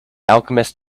alchemist